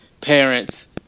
parents